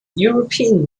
european